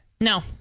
No